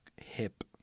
hip